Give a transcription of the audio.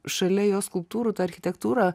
šalia jo skulptūrų ta architektūra